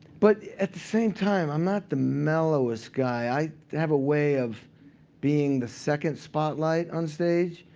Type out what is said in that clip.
but at the same time, i'm not the mellowest guy. i have a way of being the second spotlight on stage,